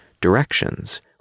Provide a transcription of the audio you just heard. directions